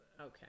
okay